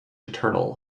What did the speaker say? eternal